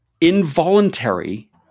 involuntary